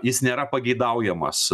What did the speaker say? jis nėra pageidaujamas